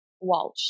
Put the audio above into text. Walsh